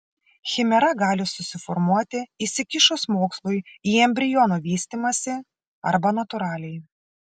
chimera gali susiformuoti įsikišus mokslui į embriono vystymąsi arba natūraliai